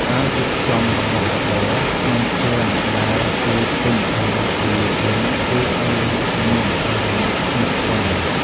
ការរៀបចំរបស់របរក្នុងឃ្លាំងដែលពោរពេញដោយធូលីដី ធ្វើឱ្យមានអារម្មណ៍ស្មុគស្មាញ។